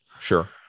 sure